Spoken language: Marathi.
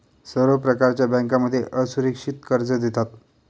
सर्व प्रकारच्या बँकांमध्ये असुरक्षित कर्ज देतात